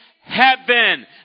heaven